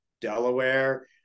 Delaware